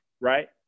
right